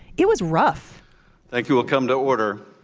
it was rough thank you will come to order.